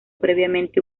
previamente